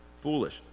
foolish